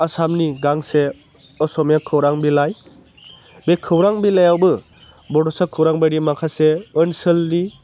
आसामनि गांसे असमिया खौरां बिलाइ बे खौरां बिलाइयावबो बड'सा खौरां बायदि माखासे ओनसोलनि